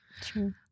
true